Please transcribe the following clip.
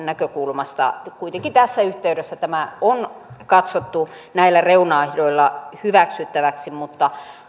näkökulmasta kuitenkin tässä yhteydessä tämä on katsottu näillä reunaehdoilla hyväksyttäväksi mutta